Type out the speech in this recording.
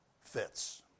fits